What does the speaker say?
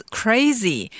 crazy